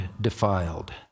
defiled